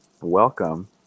welcome